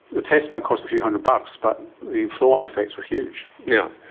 the test might cost a few hundred bucks, but the flow-on effects are huge. yeah